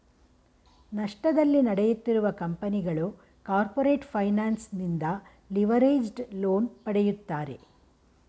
ನಷ್ಟದಲ್ಲಿ ನಡೆಯುತ್ತಿರುವ ಕಂಪನಿಗಳು ಕಾರ್ಪೊರೇಟ್ ಫೈನಾನ್ಸ್ ನಿಂದ ಲಿವರೇಜ್ಡ್ ಲೋನ್ ಪಡೆಯುತ್ತಾರೆ